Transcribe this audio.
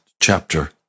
chapter